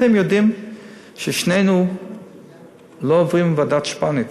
אתם יודעים ששנינו לא היינו עוברים את ועדת שפניץ?